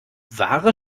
wahre